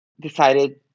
decided